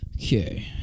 Okay